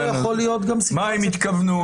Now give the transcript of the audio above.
מה הם התכוונו?